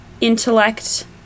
intellect